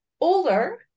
older